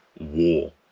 war